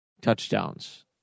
touchdowns